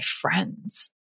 friends